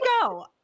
go